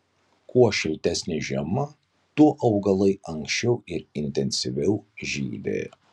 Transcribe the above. kuo šiltesnė žiema tuo augalai anksčiau ir intensyviau žydi